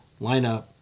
lineup